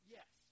Yes